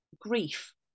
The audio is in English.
grief